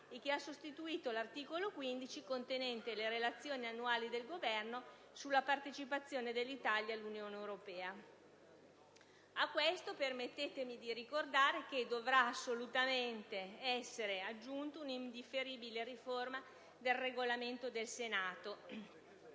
e che ha sostituito l'articolo 15 contenente le relazioni annuali del Governo sulla partecipazione dell'Italia all'Unione europea. A questo - permettetemi di ricordarlo - dovrà assolutamente essere aggiunta un'indifferibile riforma del Regolamento del Senato,